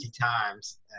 times